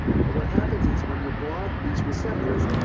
but what happens is when you block these receptors,